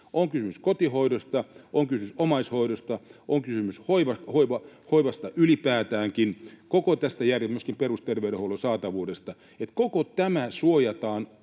kysymys kotihoidosta, on kysymys omaishoidosta, on kysymys hoivasta ylipäätäänkin, koko tästä järjestelmästä, myöskin perusterveydenhuollon saatavuudesta? Kokonaanko tämä suojataan